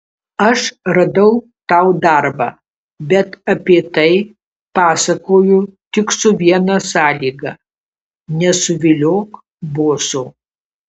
aš radau tau darbą bet apie tai pasakoju tik su viena sąlyga nesuviliok boso